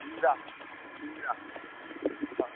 नीरा नीरा हा